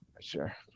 Sure